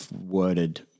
worded